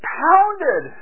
pounded